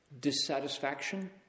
Dissatisfaction